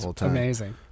Amazing